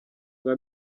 nka